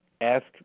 ask